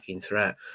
threat